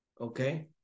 okay